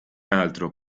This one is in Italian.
altro